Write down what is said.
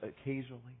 occasionally